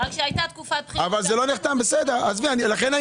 רק שהייתה תקופת בחירות --- לכן אני